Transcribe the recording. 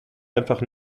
einfach